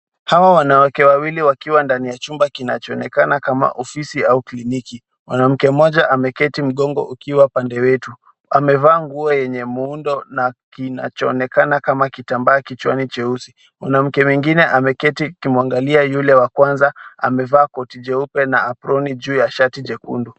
Hawa wanawake wawili wakiwa ndani ya chumba kinachoonekana kama ofisi au kliniki, mwanamke mmoja ameketi mgongo ukiwa pande wetu, amevaa nguo yenye muundo na kinachoonekana kama kitambaa kichwani cheusi. Mwanamke mwingine ameketi akimwangalia yule wa kwanza amevaa koti jeupe na aproni juu ya shati jekundu.